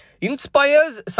inspires